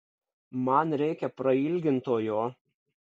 man reikia prailgintojo